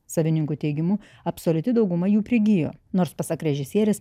savininkų teigimu absoliuti dauguma jų prigijo nors pasak režisierės